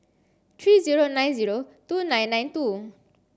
three zero nine zero two nine nine two